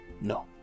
No